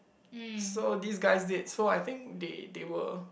so this guy dead so I think they they were